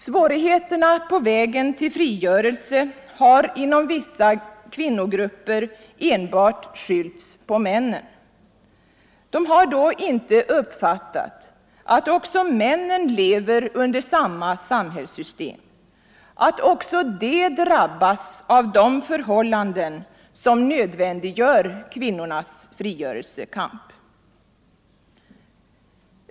Svårigheterna på vägen till frigörelsen har inom vissa kvinnogrupper enbart skyllts på männen. Man har då inte uppfattat att också männen lever under samma samhällssystem, att också de drabbas av de förhållanden som nödvändiggör kvinnornas frigörelsekamp.